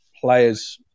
players